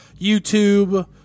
YouTube